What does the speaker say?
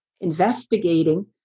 investigating